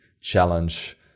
challenge